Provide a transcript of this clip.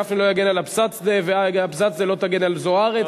גפני לא יגן על אבסדזה ואבסדזה לא תגן על זוארץ.